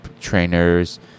trainers